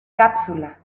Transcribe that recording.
cápsula